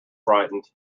frightened